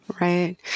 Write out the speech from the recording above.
Right